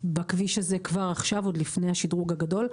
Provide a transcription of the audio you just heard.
בכביש הזה כבר עכשיו, עוד לפני השדרוג הגדול.